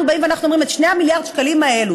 אנחנו באים ואומרים: את 2 מיליארד השקלים האלה,